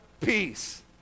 peace